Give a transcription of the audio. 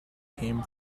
came